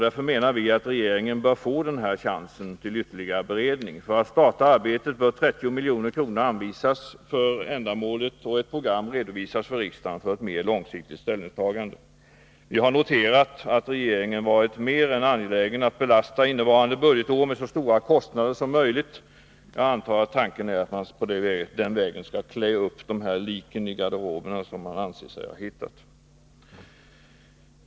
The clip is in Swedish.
Därför menar vi att regeringen bör få denna chans till ytterligare beredning. För att starta arbetet bör 30 milj.kr. anvisas för ändamålet och ett program redovisas för riksdagen för ett mer långsiktigt ställningstagande. Jag har noterat att regeringen har varit mer än angelägen att belasta innevarande budgetår med så stora kostnader som möjligt. Jag antar att tanken är att man den vägen skall klä upp dessa ”lik i garderoberna” som man anser sig ha hittat.